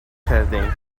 کردهایم